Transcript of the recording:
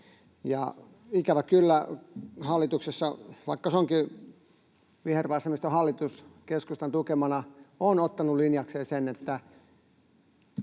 Ikävä kyllä, hallitus — vaikka se onkin vihervasemmistohallitus keskustan tukemana — on ottanut linjakseen, että